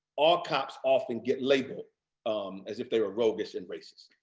all cops often get labeled um as if they were roguish and racist.